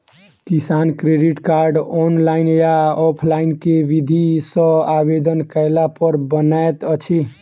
किसान credit card, online या offline केँ विधि सँ आवेदन कैला पर बनैत अछि?